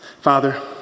Father